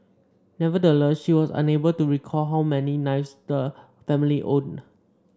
nevertheless she was unable to recall how many knives the family owned